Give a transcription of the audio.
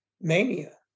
mania